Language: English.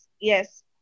yes